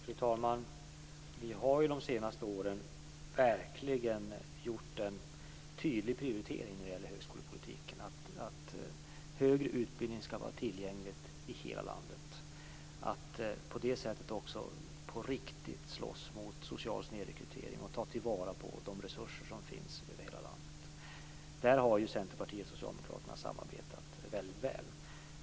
Fru talman! Vi har de senaste åren verkligen gjort en tydlig prioritering när det gäller högskolepolitiken. Högre utbildning skall vara tillgänglig i hela landet så att vi på det sättet på riktigt kan slåss mot social snedrekrytering och ta till vara de resurser som finns över hela landet. Där har Centerpartiet och socialdemokraterna samarbetat väldigt väl.